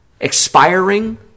expiring